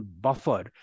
buffer